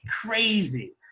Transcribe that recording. crazy